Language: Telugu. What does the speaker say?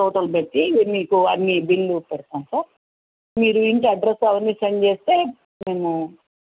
టోటల్ బట్టి మీకు అన్నీ బిల్లు పెడతాం సార్ మీరు ఇంటి అడ్రసు అవన్నీ సెండ్ చేస్తే మేము